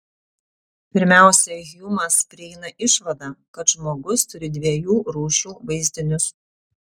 pirmiausia hjumas prieina išvadą kad žmogus turi dviejų rūšių vaizdinius